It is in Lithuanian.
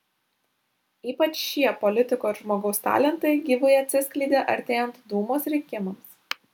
ypač šie politiko ir žmogaus talentai gyvai atsiskleidė artėjant dūmos rinkimams